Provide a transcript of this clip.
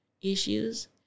issues